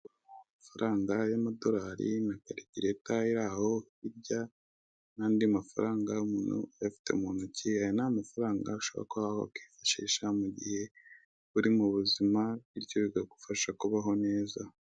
Umuntu ufite amadolari menshi cyane. Aya madolari arunze ku meza, hanyuma we ari kuyabara. Ku ruhande, hari imashini imufasha guteranya imibare y'ayo ari kubara.